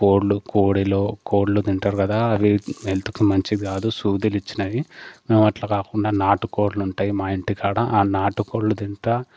కోళ్ళు కోడిలు కోళ్ళు తింటారు కదా అవి హెల్త్కు మంచిది కాదు సూదులు ఇచ్చినవి మేం అట్ల కాకుండా నాటు కోళ్ళు ఉంటాయి మా ఇంటి కాడ ఆ నాటు కోళ్ళు తింటా